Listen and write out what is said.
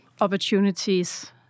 opportunities